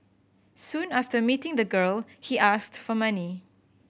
soon after meeting the girl he asked for money